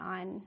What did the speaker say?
on